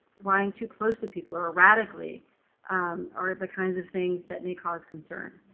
flying too close to people or erratically are the kinds of things that may cause concern.